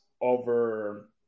over